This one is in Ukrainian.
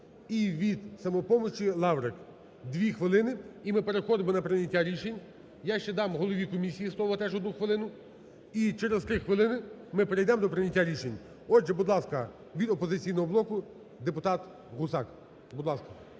і від "Самопомочі" Лаврик. Дві хвилини, і ми переходимо до прийняття рішень. Я ще дам голові комісії слово теж, одну хвилину. І через три хвилини ми перейдемо до прийняття рішень. Отже, будь ласка, від "Опозиційного блоку" депутат Гусак. Включіть